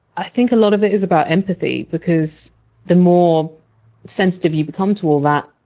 i think a lot of it is about empathy because the more sensitive you become to all that,